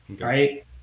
right